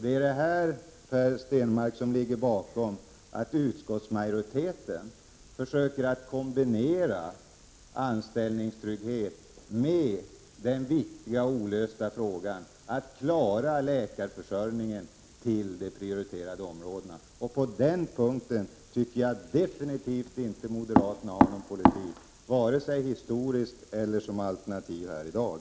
Det är det här, Per Stenmarck, som ligger bakom att utskottsmajoriteten försöker kombinera anställningstrygghet med den viktiga och olösta frågan hur man skall klara läkarförsörjningen till de prioriterade områdena. Och på den punkten tycker jag definitivt inte att moderaterna har någon politik, vare sig historiskt eller som alternativ här i dag.